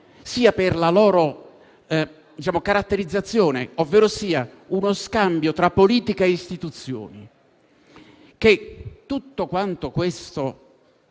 sia per la loro caratterizzazione, ovverosia uno scambio tra politica e istituzioni, che tutto questo